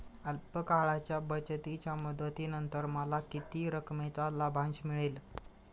अल्प काळाच्या बचतीच्या मुदतीनंतर मला किती रकमेचा लाभांश मिळेल?